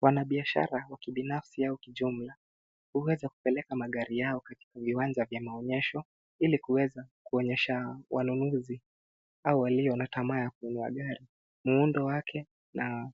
Wanabiashara wa kibinafsi au kijumla huweza kupeleka magari yao katika viwanja vya maonyesho ili kuweza kuonyesha wanunuzi au walio na tamaa ya kunua gari muundo wake na